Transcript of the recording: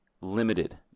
limited